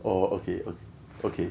oh okay okay